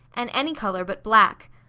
an' any colour but black.